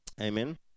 Amen